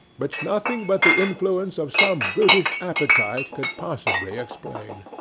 which nothing but the influence of some brutish appetite could possibly explain.